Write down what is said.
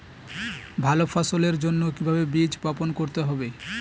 ভালো ফসলের জন্য কিভাবে বীজ বপন করতে হবে?